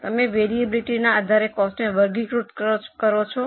તમે વરીઅબીલીટીના આધારે કોસ્ટને વર્ગીકૃત કરો છો